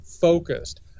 focused